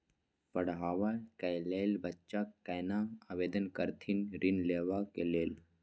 पढ़वा कै लैल बच्चा कैना आवेदन करथिन ऋण लेवा के लेल?